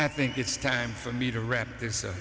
i think it's time for me to read this